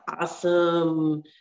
Awesome